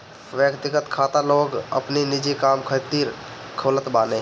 व्यक्तिगत खाता लोग अपनी निजी काम खातिर खोलत बाने